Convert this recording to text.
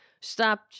Stop